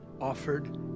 offered